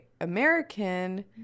American